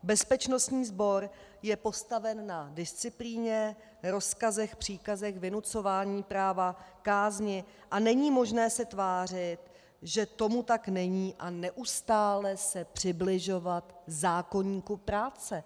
Bezpečnostní sbor je postaven na disciplíně, rozkazech, příkazech, vynucování práva, kázni a není možné se tvářit, že tomu tak není, a neustále se přibližovat zákoníku práce.